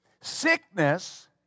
Sickness